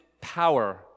power